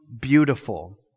beautiful